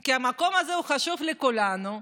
כי המקום הזה הוא חשוב לכולנו.